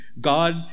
God